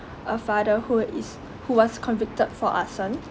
a father who is who was convicted for arson